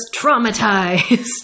traumatized